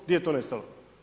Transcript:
Gdje je to nestalo?